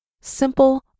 simple